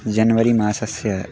जनवरि मासस्य